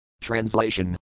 Translation